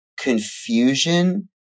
confusion